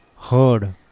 heard